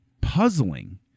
puzzling